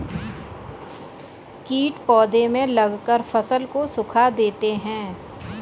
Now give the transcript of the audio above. कीट पौधे में लगकर फसल को सुखा देते हैं